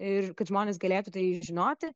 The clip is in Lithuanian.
ir kad žmonės galėtų tai žinoti